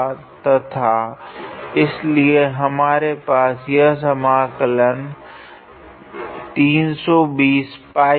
तथा इस लिए हमारे पास यह समाकलन है